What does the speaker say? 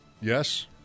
Yes